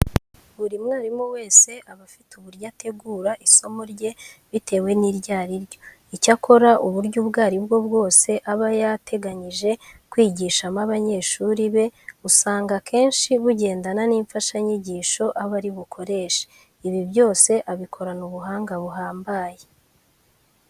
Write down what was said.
Buri mwarimu wese aba afite uburyo ategura isomo rye bitewe n'iryo ari ryo. Icyakora uburyo ubwo ari bwo bwose aba yateganyije kwigishamo abanyeshuri be, usanga akenshi bugendana n'imfashanyigisho aba ari bukoreshe. Ibi byose abikorana ubuhanga buhambaye.